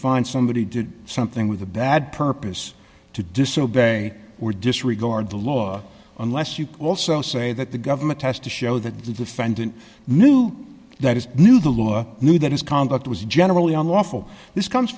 find somebody did something with a bad purpose to disobey or disregard the law unless you can also say that the government has to show that the defendant knew that his knew the law knew that his conduct was generally unlawful this comes